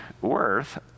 worth